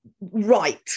right